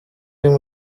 rimwe